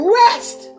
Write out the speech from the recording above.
rest